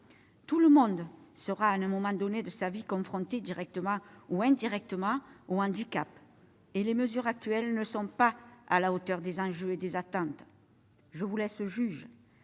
Tout le monde sera, à un moment donné de sa vie, confronté directement ou indirectement au handicap, et les mesures actuelles ne sont pas à la hauteur des enjeux et des attentes. Je vous laisse juge.